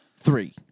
three